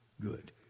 good